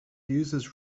uses